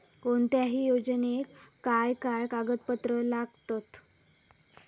कोणत्याही योजनेक काय काय कागदपत्र लागतत?